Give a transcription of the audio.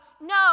no